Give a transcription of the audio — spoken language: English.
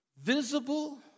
visible